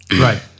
Right